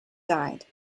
died